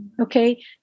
okay